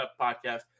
Podcast